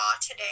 today